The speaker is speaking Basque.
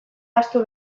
ahaztu